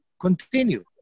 continue